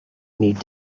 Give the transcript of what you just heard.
need